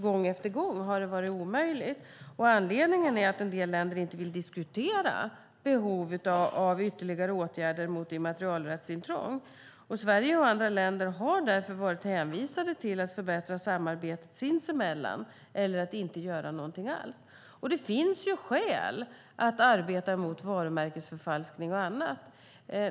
Gång efter gång har det visat sig omöjligt, och anledningen är att en del länder inte vill diskutera behov av ytterligare åtgärder mot immaterialrättsintrång. Sverige och andra länder har därför varit hänvisade till att förbättra samarbetet sinsemellan eller att inte göra någonting alls. Det finns ju skäl att arbeta mot varumärkesförfalskning och annat.